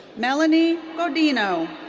melany gaudino.